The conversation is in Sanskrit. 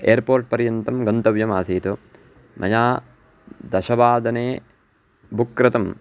एर्पोर्ट्पर्यन्तं गन्तव्यमासीत् मया दशवादने बुक् कृतम्